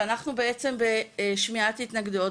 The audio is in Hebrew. שאנחנו בעצם בשמיעת התנגדויות,